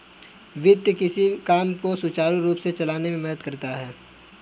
वित्त किसी भी काम को सुचारू रूप से चलाने में मदद करता है